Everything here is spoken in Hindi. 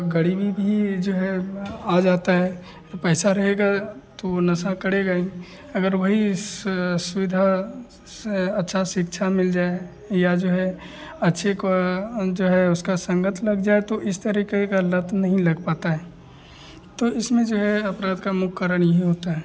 गरीबी भी जो है वह आ जाती है यह पैसा रहेगा तो वह नशा करेगा ही अगर वही सा सुविधा से अच्छी शिक्षा मिल जाए या जो है अच्छे की जो है उसका संगत लग जाए तो इस तरीक़े की लत नहीं लग पाती है तो इसमें जो है अपराध के मुख्य कारण यही होते हैं